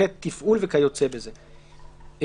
שטחי תפעול וכיוצא בזה"; (ג)